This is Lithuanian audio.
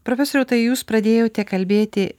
profesoriau tai jūs pradėjote kalbėti